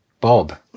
Bob